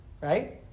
right